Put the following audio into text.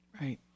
Right